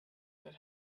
that